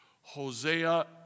Hosea